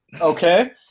Okay